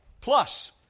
Plus